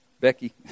Becky